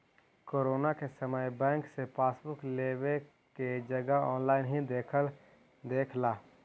corona के समय bank से पासबुक लेवे के जगह ऑनलाइन ही देख ला